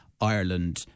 ireland